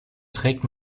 trägt